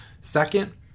Second